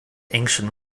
ancient